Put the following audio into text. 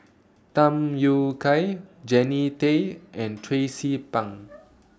Tham Yui Kai Jannie Tay and Tracie Pang